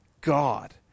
God